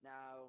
Now